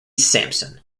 sampson